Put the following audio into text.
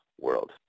world